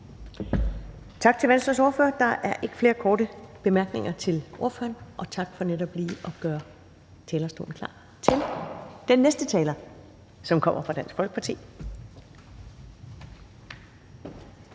Tak til Venstres ordfører – der er ikke flere korte bemærkninger til ordføreren – og tak for netop lige at gøre talerstolen klar til den næste taler, som kommer fra Dansk Folkeparti.